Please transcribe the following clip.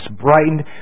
brightened